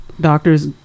doctors